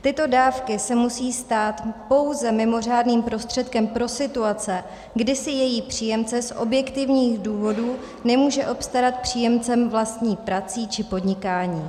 Tyto dávky se musí stát pouze mimořádným prostředkem pro situace, kdy si jejich příjemce z objektivních důvodů nemůže obstarat příjem vlastní prací či podnikáním.